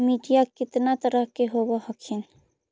मिट्टीया कितना तरह के होब हखिन?